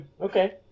Okay